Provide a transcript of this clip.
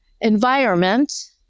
environment